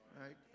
Right